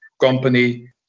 company